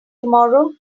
tomorrow